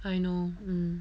I know